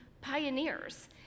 pioneers